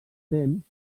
temps